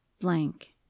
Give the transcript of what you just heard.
blank